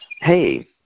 Hey